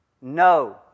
No